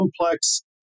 complex